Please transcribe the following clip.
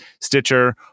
Stitcher